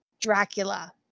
Dracula